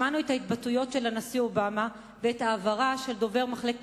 שמענו את ההתבטאויות של הנשיא אובמה ואת ההבהרה של דובר מחלקת